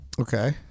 Okay